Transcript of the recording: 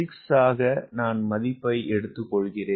6 ஆக நான் மதிப்பை எடுத்துக்கொள்கிறேன்